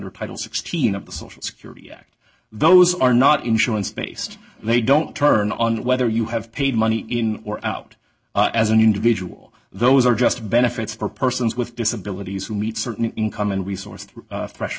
der title sixteen of the social security act those are not insurance based they don't turn on whether you have paid money in or out as an individual those are just benefits for persons with disabilities who meet certain income and resource thresh